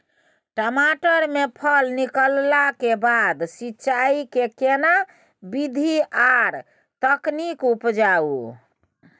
टमाटर में फल निकलला के बाद सिंचाई के केना विधी आर तकनीक अपनाऊ?